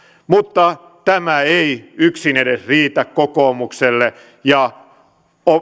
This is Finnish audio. mutta tämä ei yksin edes riitä kokoomukselle ja